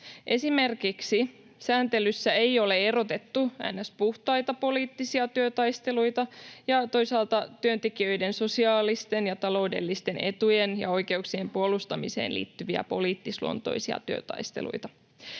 Esimerkiksi sääntelyssä ei ole erotettu ns. puhtaita poliittisia työtaisteluita ja toisaalta työntekijöiden sosiaalisten ja taloudellisten etujen ja oikeuksien puolustamiseen liittyviä poliittisluontoisia työtaisteluita.